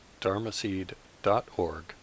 dharmaseed.org